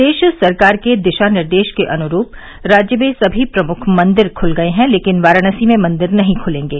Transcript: प्रदेश सरकार के दिशा निर्देश के अनुरूप राज्य में सभी प्रमुख मंदिर खुल गए हैं लेकिन वाराणसी में मंदिर नहीं खुलेंगे